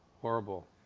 Horrible